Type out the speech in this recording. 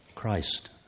Christ